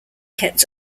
kept